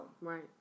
Right